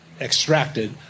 extracted